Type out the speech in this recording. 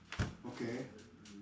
okay